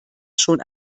schon